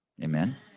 Amen